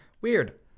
Weird